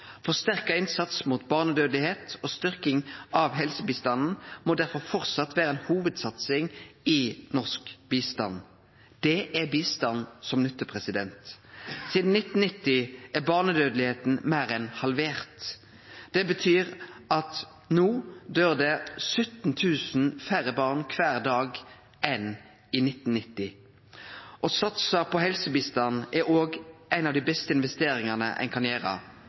Forsterka innsats mot barnedøying og styrking av helsebistanden må derfor framleis vere ei hovudsatsing i norsk bistand. Det er bistand som nyttar. Sidan 1990 er barnedøyinga meir enn halvert. Det betyr at det no døyr 17 000 færre barn kvar dag enn i 1990. Å satse på helsebistand er òg ei av dei beste investeringane ein kan